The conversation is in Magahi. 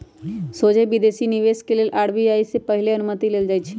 सोझे विदेशी निवेश के लेल आर.बी.आई से पहिले अनुमति लेल जाइ छइ